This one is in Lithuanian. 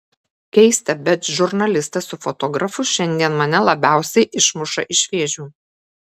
keista bet žurnalistas su fotografu šiandien mane labiausiai išmuša iš vėžių